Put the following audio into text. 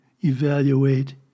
evaluate